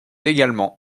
également